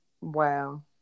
wow